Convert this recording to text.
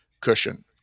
cushion